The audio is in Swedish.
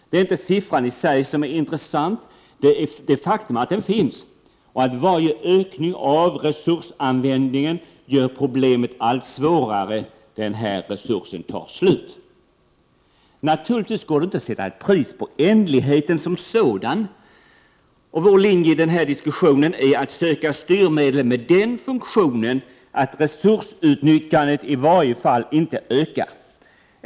Det är inte siffran i sig som är intressant, utan det faktum att den finns och att varje ökning av resursanvändningen gör problemet allt svårare den dag denna resurs tar slut. Naturligtvis går det inte att sätta ett pris på ändligheten som sådan. Vår linje i denna fråga är att söka styrmedel med den funktionen att resursutnyttjandet i varje fall inte ökar.